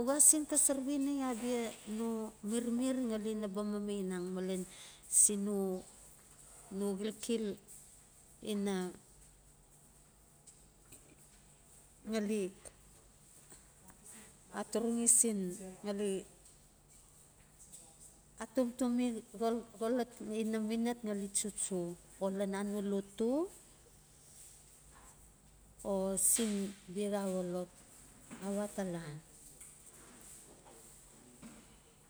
u xaa sen xosara. We nai abia no mirmir ngali naba mamainang? Siin no xilkil ina ngali aturangi siin, ngali atomtom xol- xolot ina minat naba tsotso o lan anua lotu, o siin biaxaa xolot. Awatala-